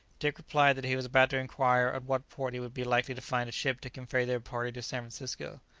dick replied that he was about to inquire at what port he would be likely to find a ship to convey their party to san francisco.